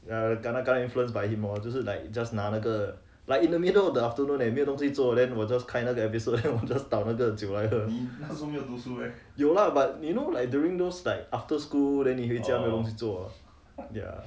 ya kena kena influenced by him more 就是 like just 拿那个 like in the middle of the afternoon eh 没有东西做 then 我 just 开那个 episode just 倒那个酒来喝有 lah but you know like during those like after school then 你回家的时候做没有东西做 ya